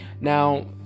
now